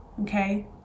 okay